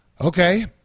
Okay